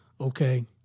Okay